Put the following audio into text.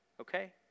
Okay